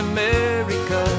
America